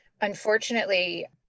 unfortunately